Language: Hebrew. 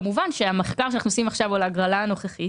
כמובן שהמחקר שאנחנו עושים עכשיו הוא על ההגרלה הנוכחית